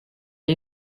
est